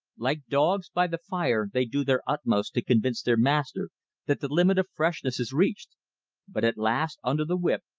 like dogs by the fire they do their utmost to convince their master that the limit of freshness is reached but at last, under the whip,